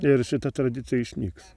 ir šita tradicija išnyks